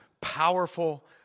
powerful